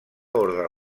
orde